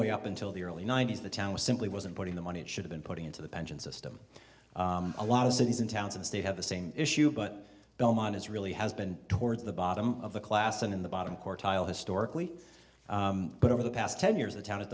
way up until the early ninety's the town was simply wasn't putting the money it should've been putting into the pension system a lot of cities and towns in the state have the same issue but belmont is really has been towards the bottom of the class and in the bottom quartile historically but over the past ten years the town i